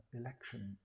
election